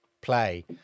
play